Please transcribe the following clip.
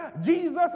Jesus